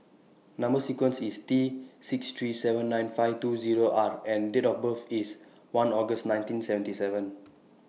Number sequence IS T six three seven nine five two Zero R and Date of birth IS one August nineteen seventy seven